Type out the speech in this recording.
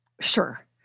sure